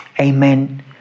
Amen